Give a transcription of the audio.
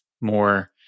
more